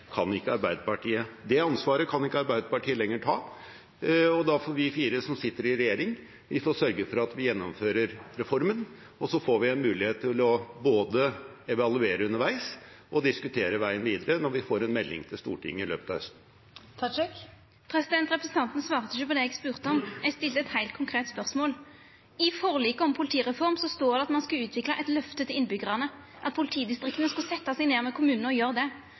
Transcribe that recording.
kan ikke Arbeiderpartiet lenger ta. Da får vi fire som sitter i regjering, sørge for at vi gjennomfører reformen, og så får vi en mulighet til både å evaluere underveis og diskutere veien videre når vi får en melding til Stortinget i løpet av høsten. Representanten svarte ikkje på det eg spurde om. Eg stilte eit heilt konkret spørsmål: I forliket om politireform står det at ein skal utvikla eit løfte til innbyggjarane, at politidistrikta skal setja seg ned med kommunane og gjera det.